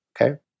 Okay